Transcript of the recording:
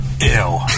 Ew